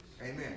Amen